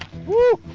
whoo!